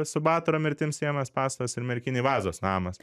su batoro mirtim siejamas pastatas ir merkinėj vazos namas